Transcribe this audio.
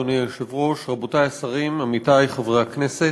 רבותי השרים, עמיתי חברי הכנסת,